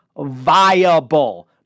viable